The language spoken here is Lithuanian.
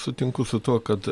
sutinku su tuo kad